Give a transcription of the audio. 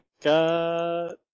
got